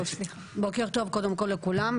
בוקר טוב קודם כול לכולם,